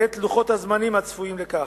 ואת לוחות הזמנים הצפויים לכך.